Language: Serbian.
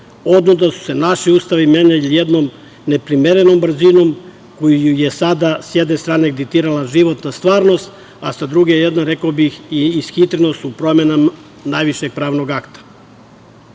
Naši ustavi su se menjali jednom neprimerenom brzinom koju je sa jedne strane diktirala životna stvarnost, a sa druge strane rekao bih i ishitrenost u promenama najvišeg pravnog akta.S